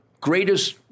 greatest